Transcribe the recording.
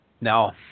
now